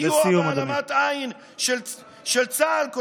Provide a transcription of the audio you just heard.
בסיוע או בהעלמת עין של צה"ל" לסיום, אדוני.